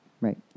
Right